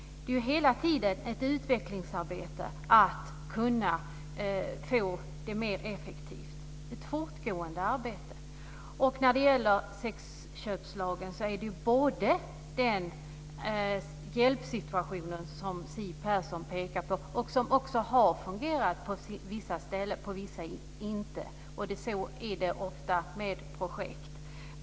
Det pågår hela tiden ett utvecklingsarbete för att få större effektivitet. Det är ett fortgående arbete. När det gäller sexköpslagen har den hjälp som Siw Persson pekar på fungerat på vissa ställen och på andra inte. Så är det ofta med projekt.